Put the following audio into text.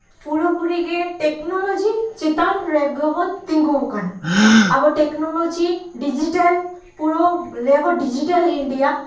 ᱯᱩᱨᱟᱹᱯᱩᱨᱤ ᱜᱮ ᱴᱮᱠᱱᱳᱞᱚᱡᱤ ᱪᱮᱛᱟᱱ ᱨᱮᱜᱮᱵᱚᱱ ᱛᱤᱜᱩ ᱠᱟᱱᱟ ᱟᱵᱚ ᱴᱮᱠᱱᱳᱞᱚᱡᱤ ᱰᱤᱡᱤᱴᱮᱞ ᱯᱩᱨᱟᱹ ᱞᱟᱹᱭ ᱟᱠᱚ ᱰᱤᱡᱤᱴᱮᱞ ᱤᱱᱰᱤᱭᱟ